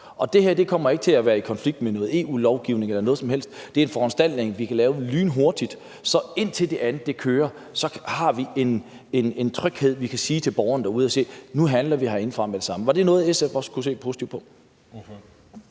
og det her kommer ikke til at være i konflikt med noget EU-lovgivning eller noget som helst; det er en foranstaltning, vi kan lave lynhurtigt. Så indtil det andet kører, kan vi give borgerne en tryghed ved at sige: Nu handler vi herindefra med det samme. Var det noget, SF også kunne se positivt på?